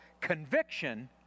conviction